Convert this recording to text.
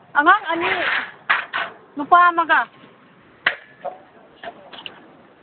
ꯑꯉꯥꯡ ꯑꯅꯤ ꯅꯨꯄꯥ ꯑꯃꯒ